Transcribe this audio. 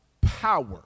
power